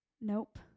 nope